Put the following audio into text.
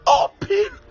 open